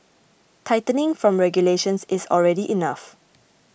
tightening from regulations is already enough